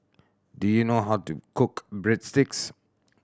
do you know how to cook Breadsticks